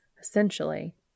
essentially